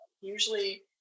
usually